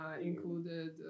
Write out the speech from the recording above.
Included